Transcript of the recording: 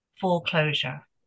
Foreclosure